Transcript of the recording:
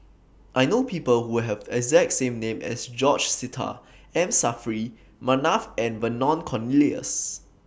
I know People Who Have The exact name as George Sita M Saffri Manaf and Vernon Cornelius